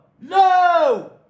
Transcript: no